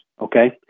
Okay